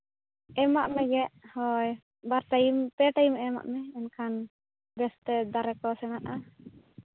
ᱮᱢᱟᱜ ᱢᱮᱜᱮ ᱦᱳᱭ ᱵᱟᱨ ᱴᱟᱭᱤᱢ ᱯᱮ ᱴᱟᱭᱤᱢ ᱮᱢᱟᱜ ᱢᱮ ᱮᱱᱠᱷᱟᱱ ᱵᱮᱥᱛᱮ ᱫᱟᱨᱮ ᱠᱚ ᱥᱮᱬᱟᱜᱼᱟ